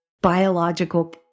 biological